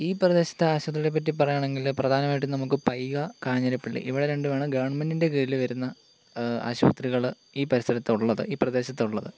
ഈ പ്രദേശത്തെ ആശുപത്രിയെ പറ്റി പറയുവാണെങ്കിൽ പ്രധാനമായിട്ടും നമുക്ക് പൈക കാഞ്ഞിരപള്ളി ഇവിടെ രണ്ടുമാണ് ഗവർമെന്റ്റിൻ്റെ കീഴിൽ വരുന്ന ആശുപത്രികൾ ഈ പരിസരത്ത് ഉള്ളത് ഈ പ്രദേശത്ത് ഉള്ളത്